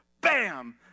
bam